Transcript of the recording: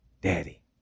Daddy